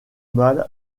mal